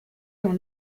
dans